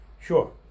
Sure